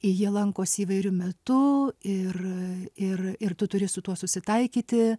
jie lankosi įvairiu metu ir ir ir tu turi su tuo susitaikyti